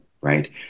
Right